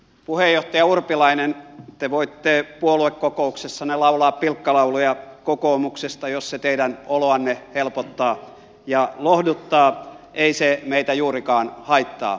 puheenjohtaja urpilainen te voitte puoluekokouksessanne laulaa pilkkalauluja kokoomuksesta jos se teidän oloanne helpottaa ja lohduttaa ei se meitä juurikaan haittaa